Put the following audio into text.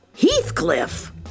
Heathcliff